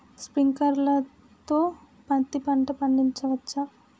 Sprinkler తో పత్తి పంట పండించవచ్చా?